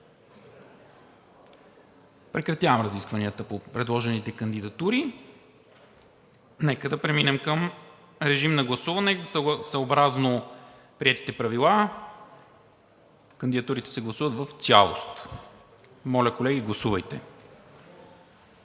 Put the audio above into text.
Прекратявам разискванията по предложените кандидатури. Нека да преминем към режим на гласуване. Съобразно приетите правила кандидатурите се гласуват в цялост. Гласували